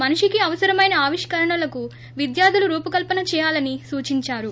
మనిషికి అవసరమైన ఆవిష్కరణలకు విద్యార్దులు రూపకల్పన చేయాలని సూచించారు